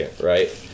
right